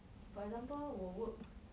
for example 我 work